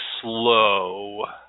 slow